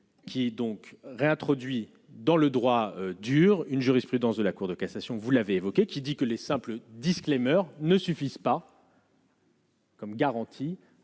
qui donc réintroduit dans le droit dur une jurisprudence de la Cour de cassation, vous l'avez évoqué qui dit que les simples Disclaimer ne suffisent pas. Comme garantie